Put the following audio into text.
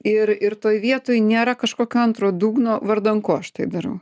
ir ir toj vietoj nėra kažkokio antro dugno vardan ko aš tai darau